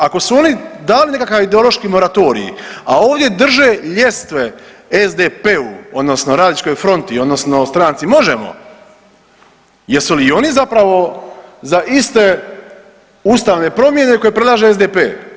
Ako su oni dali nekakav ideološki moratorij, a ovdje drže ljestve SDP-u odnosno Radničkoj fronti odnosno stranci Možemo!, jesu li i oni zapravo za iste ustavne promjene koje predlaže SDP?